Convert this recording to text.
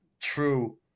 true